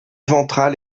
ventrale